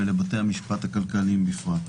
ולבתי המשפט הכלכליים בפרט.